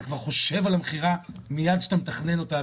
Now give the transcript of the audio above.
אתה כבר ושב על המכירה מיד שאתה מתכנן אותה,